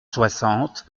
soixante